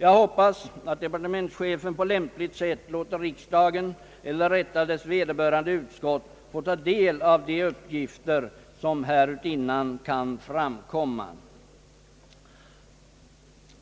Jag hoppas att departemetnschefen på lämpligt sätt låter riksdagen — eller rättare sagt dess vederbörande utskott — få ta del av de uppgifter som härunder kan framkomma.